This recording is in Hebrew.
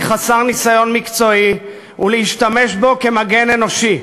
חסר ניסיון מקצועי ולהשתמש בו כמגן אנושי.